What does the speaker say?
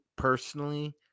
Personally